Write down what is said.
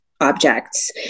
objects